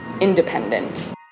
independent